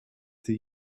that